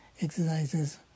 exercises